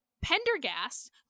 Pendergast